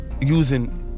using